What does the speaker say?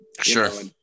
Sure